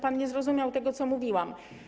Pan nie zrozumiał tego, o czym mówiłam.